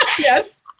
Yes